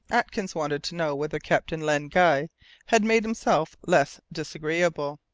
atkins wanted to know whether captain len guy had made himself less disagreeable.